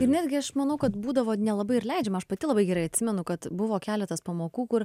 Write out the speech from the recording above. ir netgi aš manau kad būdavo nelabai ir leidžiama aš pati labai gerai atsimenu kad buvo keletas pamokų kur